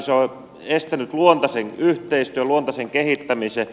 se on estänyt luontaisen yhteistyön luontaisen kehittämisen